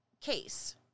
case